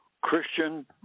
Christian